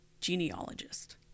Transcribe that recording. genealogist